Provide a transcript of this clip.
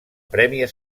premi